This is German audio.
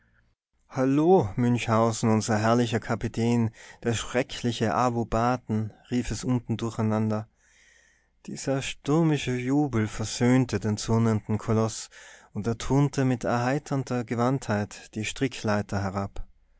halloh münchhausen unser herrlicher kapitän der schreckliche abu baten rief es unten durcheinander dieser stürmische jubel versöhnte den zürnenden koloß und er turnte mit erheiternder gewandtheit die strickleiter herab